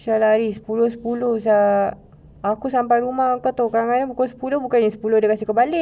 sia lah sepuluh sepuluh sia aku sampai rumah aku tahu pukul sepuluh bukan sepuluh dia kasi aku balik